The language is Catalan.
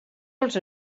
els